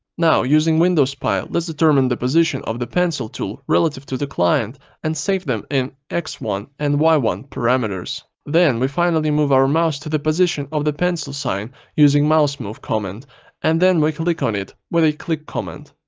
now, using windows spy lets determine the position of the pencil tool relative to the client and save them in x one and y one parameters. then we finally move our mouse to the position of the pencil sign usung mousemove command and then we click on it with a click command.